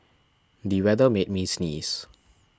the weather made me sneeze